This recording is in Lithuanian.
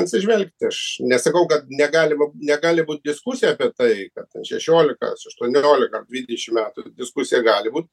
atsižvelgti aš nesakau kad negalima negali būt diskusija apie tai kad ten šešiolikas aštuoniolika ar dvidešim metų diskusija gali būt